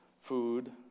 food